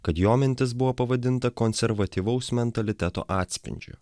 kad jo mintis buvo pavadinta konservatyvaus mentaliteto atspindžiu